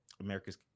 America's